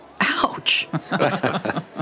Ouch